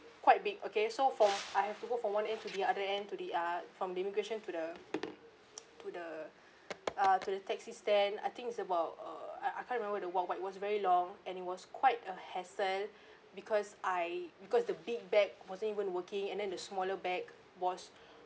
quite big okay so from I have to walk from one end to the other end to the ah from the immigration to the to the uh to the taxi stand I think it's about uh I I can't remember the walk but it was very long and it was quite a hassle because I because the big bag wasn't even working and then the smaller bag was